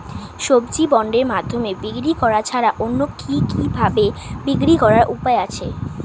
সবজি বন্ডের মাধ্যমে বিক্রি করা ছাড়া অন্য কি কি ভাবে বিক্রি করার উপায় আছে?